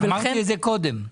אמרתי את זה קודם.